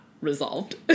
Resolved